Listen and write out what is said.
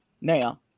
now